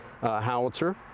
howitzer